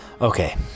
okay